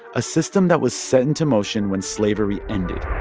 a system that was set into motion when slavery ended.